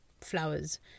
flowers